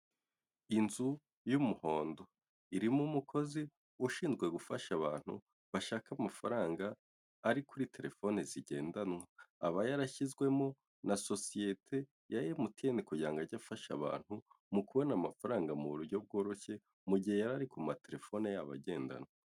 Inzu y'umuhondo, irimo umukozi ushinzwe gufasha abantu bashaka amafaranga ari kuri terefoni zigendanwa. Aba yarashyizwemo na sosiyete ya MTN kugira ngo ajye afasha abantu mu kubona amafaranga mu buryo bworoshye mu gihe yari ari ku materefone yabo agendanwa.